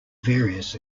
various